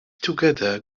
together